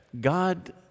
God